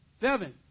Seven